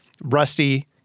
Rusty